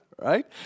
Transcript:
right